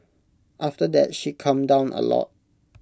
after that she calmed down A lot